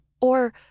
Or-